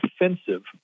offensive